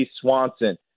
Swanson